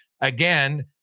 again